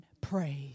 praise